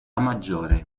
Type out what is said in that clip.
maggiore